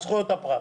על זכויות הפרט.